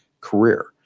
career